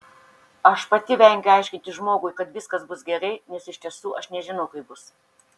aš pati vengiu aiškinti žmogui kad viskas bus gerai nes iš tiesų aš nežinau kaip bus